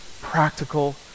practical